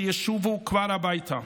שישובו כבר הביתה.